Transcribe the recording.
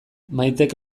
maitek